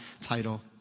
title